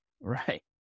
Right